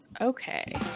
Okay